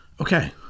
Okay